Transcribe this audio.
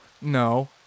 no